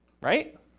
right